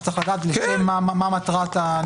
שצריך לדעת מה מטרת החשבון.